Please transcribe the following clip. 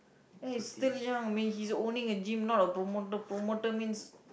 eh still young I mean he's owning a gym not a promoter promoter means